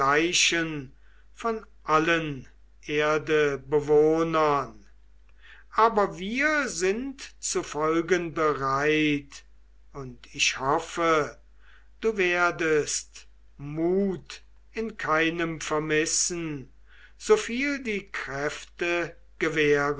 von allen erdebewohnern aber wir sind zu folgen bereit und ich hoffe du werdest mut in keinem vermissen so viel die kräfte